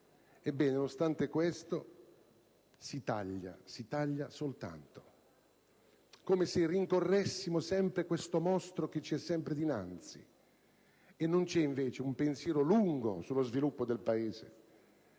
Ebbene, nonostante questo, si taglia, si taglia soltanto! Come se rincorressimo questo mostro che ci è sempre dinanzi. E non c'è invece un pensiero di lungo periodo sullo sviluppo del Paese.